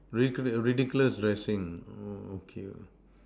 ridiculous ridiculous dressing oh okay